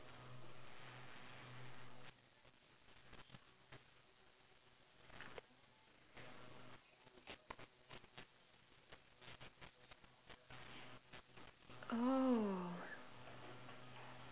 oh